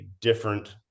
different